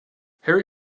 harry